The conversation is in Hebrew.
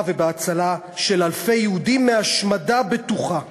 ובהצלה של אלפי יהודים מהשמדה בטוחה.